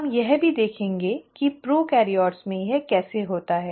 हम यह भी देखेंगे कि प्रोकैरियोट्स में यह कैसे होता है